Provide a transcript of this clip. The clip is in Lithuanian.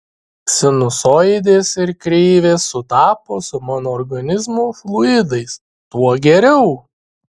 sinusoidės ir kreivės sutapo su mano organizmo fluidais tuo geriau